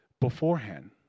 beforehand